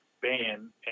ban